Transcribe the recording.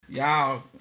Y'all